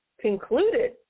concluded